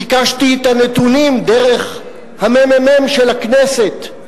ביקשתי את הנתונים דרך הממ"מ של הכנסת.